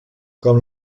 com